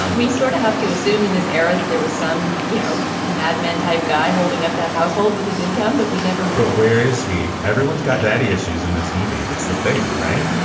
and we sort of have to assume in this era that there were some, you know, mad men type guy holding up that household with his income, but we'd never meet where is he? everyone's got daddy issues in this movie. it's the thing, right?